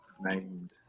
Named